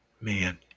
Man